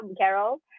Carol